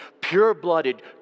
pure-blooded